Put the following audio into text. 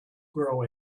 grow